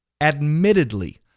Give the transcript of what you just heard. Admittedly